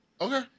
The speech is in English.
Okay